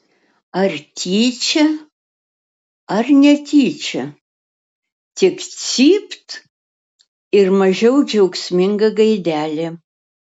ar tyčia ar netyčia tik cypt ir mažiau džiaugsminga gaidelė